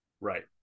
right